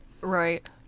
right